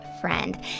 friend